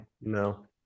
No